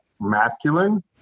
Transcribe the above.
masculine